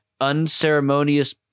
unceremonious